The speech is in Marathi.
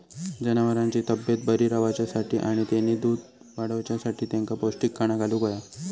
जनावरांची तब्येत बरी रवाच्यासाठी आणि तेनी दूध वाडवच्यासाठी तेंका पौष्टिक खाणा घालुक होया